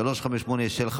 לוועדת החוקה,